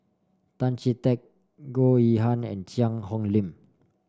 Tan Chee Teck Goh Yihan and Cheang Hong Lim